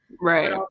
Right